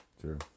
True